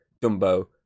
Dumbo